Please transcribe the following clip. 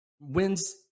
wins